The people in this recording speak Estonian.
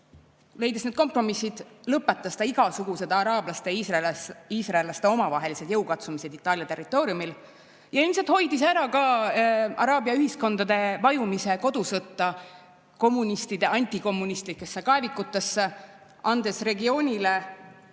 Sõlminud need kompromissid, lõpetas ta igasugused araablaste ja iisraellaste omavahelised jõukatsumised Itaalia territooriumil ja ilmselt hoidis ära ka araabia ühiskondade vajumise kodusõtta, kommunistide antikommunistlikesse kaevikutesse, andes regioonile